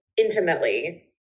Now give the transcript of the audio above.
intimately